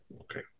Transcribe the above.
Okay